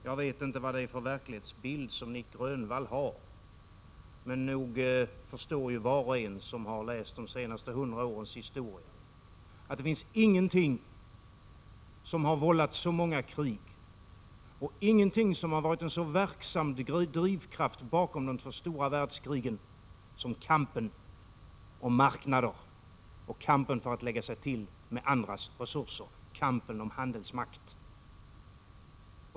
Jag vet inte vad det är för verklighetsbild som Nic Grönvall har, men nog förstår ju var och en som har läst de senaste 100 årens historia att det inte finns någonting som har vållat så många krig och som har varit en så verksam drivkraft bakom de två stora världskrigen som just kampen om marknader och kampen för att lägga sig till med andras resurser, kampen om handelsmakt.